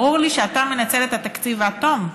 ברור לי שאתה מנצל את התקציב עד תום.